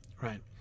right